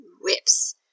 whips